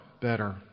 better